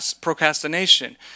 procrastination